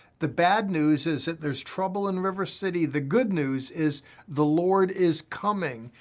the bad news is that there's trouble in river city. the good news is the lord is coming,